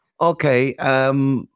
okay